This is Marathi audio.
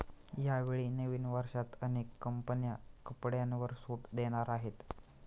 यावेळी नवीन वर्षात अनेक कंपन्या कपड्यांवर सूट देणार आहेत